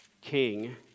king